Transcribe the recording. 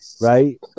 right